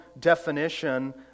definition